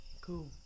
Cool